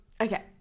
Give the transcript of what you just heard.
okay